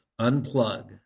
unplug